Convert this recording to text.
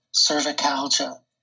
cervicalgia